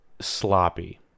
sloppy